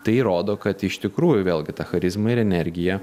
tai įrodo kad iš tikrųjų vėlgi ta charizma ir energija